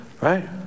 right